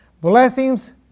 Blessings